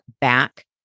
back